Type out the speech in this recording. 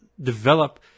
develop